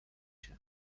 się